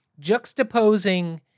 juxtaposing